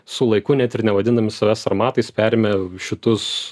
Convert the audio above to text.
su laiku net ir nevadindami savęs sarmatais perėmė šitus